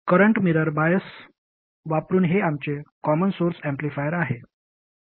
current mirror bias वापरुन हे आमचे कॉमन सोर्स ऍम्प्लिफायर आहे